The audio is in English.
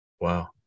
wow